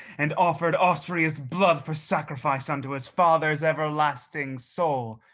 and offered austria's blood for sacrifice unto his father's everlasting soul.